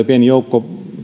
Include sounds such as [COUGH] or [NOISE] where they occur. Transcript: [UNINTELLIGIBLE] pieni joukko